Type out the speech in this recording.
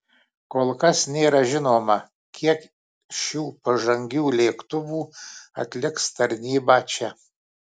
kol kas nėra žinoma kiek šių pažangių lėktuvų atliks tarnybą čia